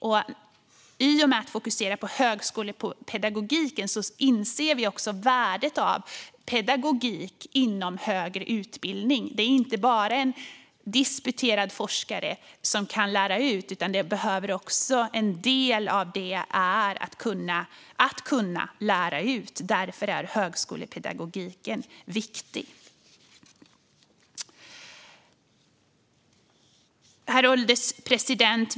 I och med att vi fokuserar på högskolepedagogiken inser vi också värdet av pedagogik inom högre utbildning. Det är inte bara en disputerad forskare som kan lära ut, utan en viktig del är att också kunna lära ut. Därför är högskolepedagogiken viktig. Herr ålderspresident!